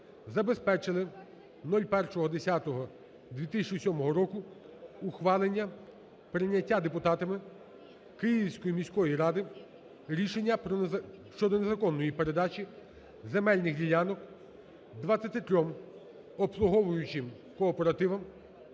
забезпечили 01.10.2007 року ухвалення, прийняття депутатами Київської міської ради рішення щодо незаконної передачі земельних ділянок 23 обслуговуючим кооперативам,